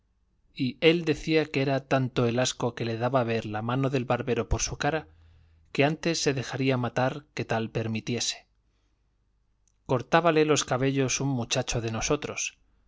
y él decía que era tanto el asco que le daba ver la mano del barbero por su cara que antes se dejaría matar que tal permitiese cortábale los cabellos un muchacho de nosotros